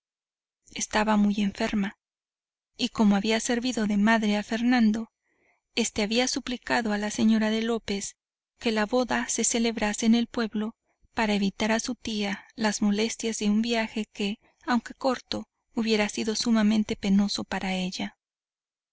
estaba muy enferma y como había servido de madre a fernando este había suplicado a la señora de lópez que la boda se celebrase en el pueblo para evitar a su tía las molestias de un viaje que aunque corto hubiera sido sumamente penoso para ella